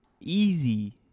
Easy